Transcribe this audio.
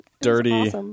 dirty